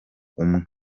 umwe